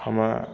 हमे